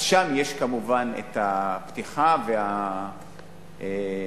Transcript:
שם יש כמובן את הפתיחה והשדרוג.